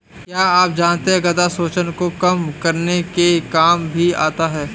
क्या आप जानते है गदा सूजन को कम करने के काम भी आता है?